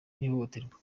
n’ihohoterwa